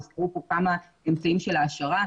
הוזכרו פה כמה אמצעים של העשרה.